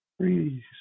Please